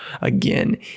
again